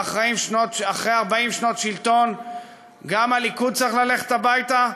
ואחרי 40 שנות שלטון גם הליכוד צריך ללכת הביתה.